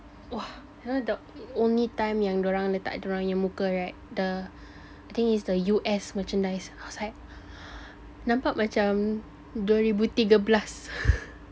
!wah! you know the only time yang diorang letak diorang punya muka right the I think is the U_S merchandise I was like nampak macam dua ribu tiga belas